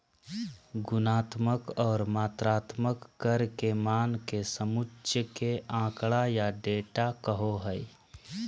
गुणात्मक और मात्रात्मक कर के मान के समुच्चय के आँकड़ा या डेटा कहो हइ